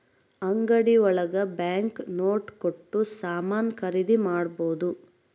ಅಂಗಡಿ ಒಳಗ bank note ಕೊಟ್ಟು ಸಾಮಾನ್ ಖರೀದಿ ಮಾಡ್ಬೋದು